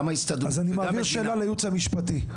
אז אני מעביר שאלה ליעוץ המשפטי,